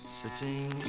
sitting